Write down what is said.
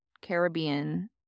Caribbean